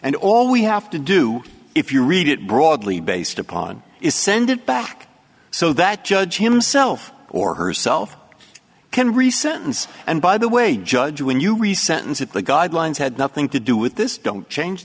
and all we have to do if you read it broadly based upon is send it back so that judge himself or herself can rescind and by the way judge when you reset and if the guidelines had nothing to do with this don't change